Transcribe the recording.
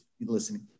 listening